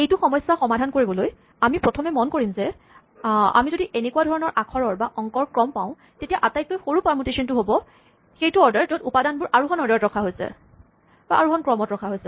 এইটো সমস্যা সমাধান কৰিবলৈ আমি প্ৰথমে মন কৰিম যে আমি যদি এনেকুৱা ধৰণৰ আখৰৰ বা অংকৰ ক্ৰম পাওঁ তেতিয়া আটাইতকৈ সৰু পাৰমুটেচনটো হ'ব সেইটো অৰ্ডাৰ য'ত উপাদানবোৰ আৰোহন অৰ্ডাৰত ৰখা হৈছে